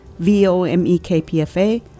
vomekpfa